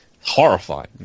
horrifying